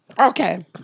okay